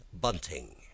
Bunting